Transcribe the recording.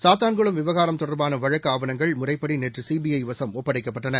சாத்தான்குளம் விவகாரம் தொடர்பான வழக்கு ஆவணங்கள் முறைப்படி நேற்று சிபிஐ வசம் ஒப்படைக்கப்பட்டன